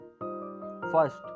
first